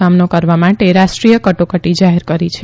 સામનો કરવા માટે રાષ્ટ્રીય કટોકટી જાહેર કરી છે